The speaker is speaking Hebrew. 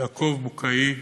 יעקב בוקאי,